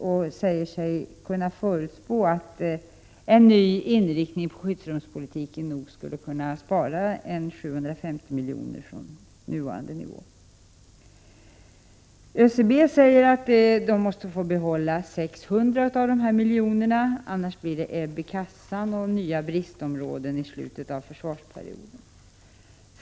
Man säger sig kunna förutspå att man genom en ny inriktning på skyddsrumspolitiken nog skulle kunna spara 750 milj.kr. från nuvarande nivå. ÖCB säger att man måste få behålla 600 av dessa miljoner; annars blir det ebb i kassan och nya bristområden i slutet av försvarsperioden.